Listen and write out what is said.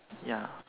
ya